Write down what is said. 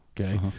Okay